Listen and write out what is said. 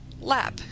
LAP